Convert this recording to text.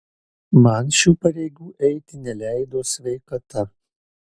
man šių pareigų eiti neleido sveikata